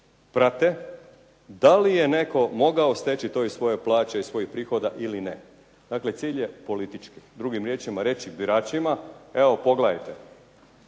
prate da li je netko mogao steći to iz svoje plaće, iz svojih prihoda ili ne. Dakle, cilj je politički. Drugim riječima, reći biračima evo pogledajte